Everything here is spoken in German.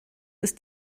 ist